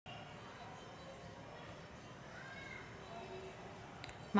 माझ्या काकांच्या गावात दरवर्षी सतत केळीची लागवड होते